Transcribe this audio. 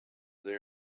they